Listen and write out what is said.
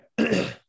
okay